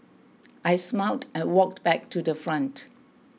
I smiled and walked back to the front